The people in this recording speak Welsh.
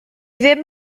ddim